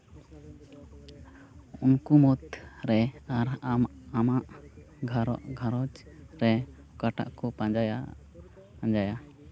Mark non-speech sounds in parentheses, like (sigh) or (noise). ᱩᱱᱠᱩ ᱢᱩᱫᱽᱨᱮ ᱟᱨ ᱟᱢ ᱟᱢᱟᱜ (unintelligible) ᱜᱷᱟᱸᱨᱚᱡᱽ ᱨᱮ ᱚᱠᱟᱴᱟᱜ ᱠᱚ ᱯᱟᱸᱡᱟᱭᱟ ᱯᱟᱸᱡᱟᱭᱟ